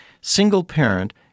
single-parent